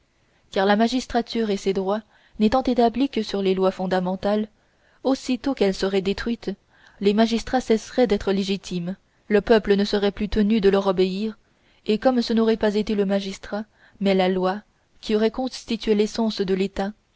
car la magistrature et ses droits n'étant établis que sur les lois fondamentales aussitôt qu'elles seraient détruites les magistrats cesseraient d'être légitimes le peuple ne serait plus tenu de leur obéir et comme ce n'aurait pas été le magistrat mais la loi qui aurait constitué l'essence de l'état